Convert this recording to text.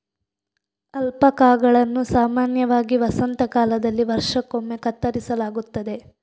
ಅಲ್ಪಾಕಾಗಳನ್ನು ಸಾಮಾನ್ಯವಾಗಿ ವಸಂತ ಕಾಲದಲ್ಲಿ ವರ್ಷಕ್ಕೊಮ್ಮೆ ಕತ್ತರಿಸಲಾಗುತ್ತದೆ